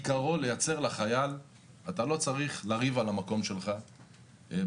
עיקרו לייצר לחייל תחושה שהוא לא צריך לריב על המקום שלו באוטובוס.